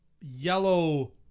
yellow